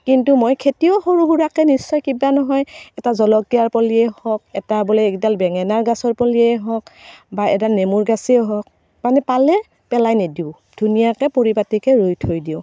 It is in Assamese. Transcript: কিন্তু মই খেতিও সৰু সুৰাকৈ নিশ্চয় কিবা নহয় এটা জলকীয়াৰ পুলিয়েই হওক এটা বোলে একডাল বেঙেনা গছৰ পুলিয়েই হওক বা এডাল নেমুৰ গছেই হওক মানে পালে পেলাই নিদিওঁ ধুনীয়াকৈ পৰিপাতিকৈ ৰুই থৈ দিওঁ